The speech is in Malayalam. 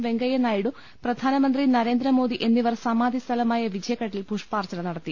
വെങ്കയ്യനായിഡു പ്രധാനമന്ത്രി നരേ ന്ദ്രമോദി എന്നിവർ സമാധി സ്ഥലമായ വിജയ്ഘട്ടിൽ പുഷ്പാർച്ചന നടത്തി